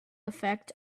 effect